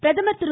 பிரதமர் திரு